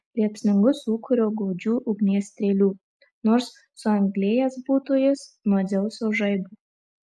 liepsningu sūkuriu godžių ugnies strėlių nors suanglėjęs būtų jis nuo dzeuso žaibo